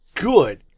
Good